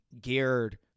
geared